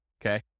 Okay